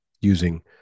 using